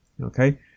okay